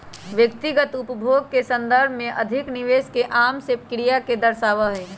व्यक्तिगत उपभोग के संदर्भ में अधिक निवेश एक आम से क्रिया के दर्शावा हई